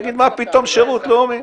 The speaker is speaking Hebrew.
יגיד מה פתאום שירות לאומי?